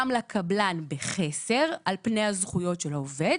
לקבלן בחסר על פני הזכויות של העובד,